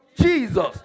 Jesus